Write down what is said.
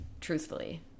truthfully